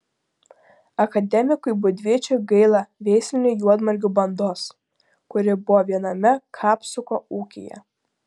akademikui būdvyčiui gaila veislinių juodmargių bandos kuri buvo viename kapsuko ūkyje